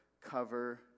cover